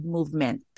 Movement